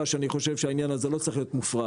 שאני חושב שהעניין הזה לא צריך להיות מופרט